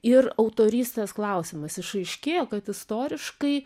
ir autorystės klausimas išaiškėjo kad istoriškai